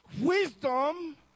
Wisdom